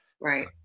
Right